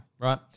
right